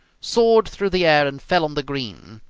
soared through the air and fell on the green.